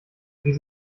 wie